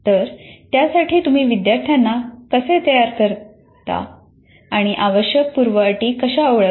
तर त्यासाठी तुम्ही विद्यार्थ्यांना कसे तयार करता आणि आवश्यक पूर्वअटी कशा ओळखता